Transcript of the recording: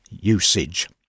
usage